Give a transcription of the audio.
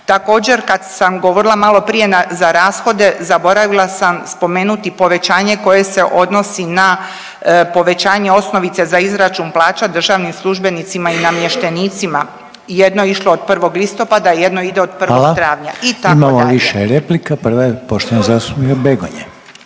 Također, kad sam govorila maloprije za rashode, zaboravila sam spomenuti povećanje koje se odnosi na povećanje osnovice za izračun plaća državnim službenicima i namještenicima. Jedno je išlo od 1. listopada, jedno ide od 1. travnja .../Upadica: Hvala./... i tako dalje. **Reiner,